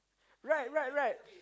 right right right